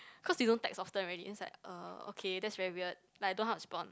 because he don't text often already then he's like uh okay that's very weird like I don't know how respond